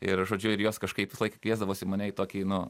ir žodžiu ir jos kažkaip kviesdavosi mane į tokį nu